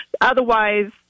Otherwise